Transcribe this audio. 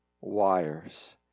wires